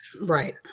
Right